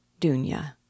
Dunya